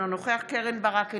אינו נוכח קרן ברק,